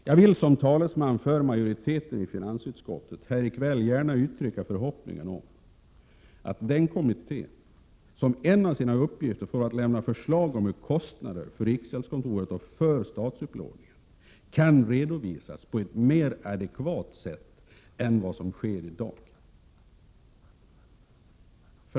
Jag vill, som talesrhan för majoriteten i finansutskottet, här i kväll gärna uttrycka förhoppningen att den kommittén som en av sina uppgifter får att lämna förslag till hur kostnaderna för riksgäldskontoret och statsupplåningen kan redovisas på ett ner adekvat sätt än vad som sker i dag.